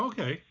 Okay